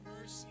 mercy